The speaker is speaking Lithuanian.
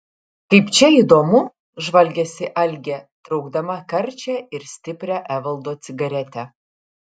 kaip čia įdomu žvalgėsi algė traukdama karčią ir stiprią evaldo cigaretę